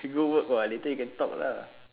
you go work [what] later you go talk lah